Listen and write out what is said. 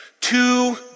Two